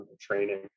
training